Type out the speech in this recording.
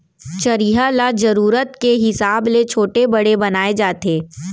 चरिहा ल जरूरत के हिसाब ले छोटे बड़े बनाए जाथे